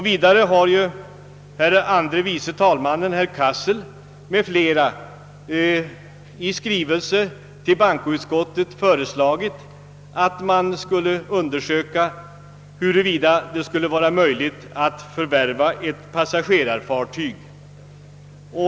Vidare har herr andre vice talmannen Cassel m.fl. i skrivelse till bankoutskottet föreslagit att det borde undersökas, huruvida det vore möiligt att förvärva ett passagerarfartyg.